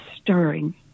stirring